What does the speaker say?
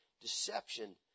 deception